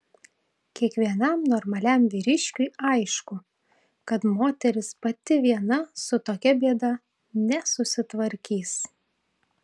kiekvienam normaliam vyriškiui aišku kad moteris pati viena su tokia bėda nesusitvarkys